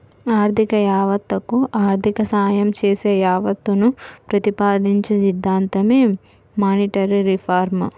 ఆర్థిక యావత్తకు ఆర్థిక సాయం చేసే యావత్తును ప్రతిపాదించే సిద్ధాంతమే మానిటరీ రిఫార్మ్